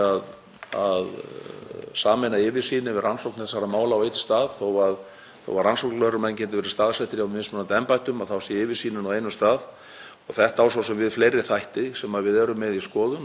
Þetta á svo sem við fleiri þætti sem við erum með í skoðun og það er sérstakur starfshópur sem ég er bara að fá fyrstu hugmyndirnar frá núna og mun fá meira á næstu vikum þar sem við erum að horfa líka til tilfærslu verkefna